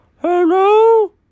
hello